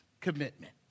commitment